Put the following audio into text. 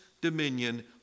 dominion